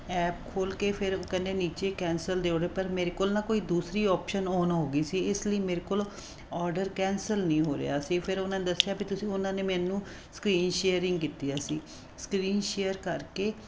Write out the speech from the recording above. app ਖੋਲ੍ਹ ਕੇ ਫਿਰ ਕਹਿੰਦੇ ਨੀਚੇ ਕੈਂਸਲ ਦੇ ਓਡ ਮੇਰੇ ਕੋਲ ਨਾ ਕੋਈ ਦੂਸਰੀ ਓਪਸ਼ਨ ਔਨ ਹੋ ਗਈ ਸੀ ਇਸ ਲਈ ਮੇਰੇ ਕੋਲ ਓਡਰ ਕੈਂਸਲ ਨਹੀਂ ਹੋ ਰਿਹਾ ਸੀ ਫਿਰ ਉਹਨਾਂ ਨੇ ਦੱਸਿਆ ਵੀ ਤੁਸੀਂ ਉਹਨਾਂ ਨੇ ਮੈਨੂੰ ਸਕਰੀਨ ਸ਼ੇਅਰਿੰਗ ਕੀਤੀ ਅਸੀਂ ਸਕਰੀਨ ਸ਼ੇਅਰ ਕਰ ਕੇ